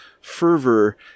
fervor